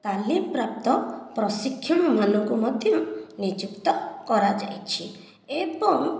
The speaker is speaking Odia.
ତାଲିମପ୍ରାପ୍ତ ପ୍ରଶିକ୍ଷଣ ମାନଙ୍କୁ ମଧ୍ୟ ନିଯୁକ୍ତ କରାଯାଇଛି ଏବଂ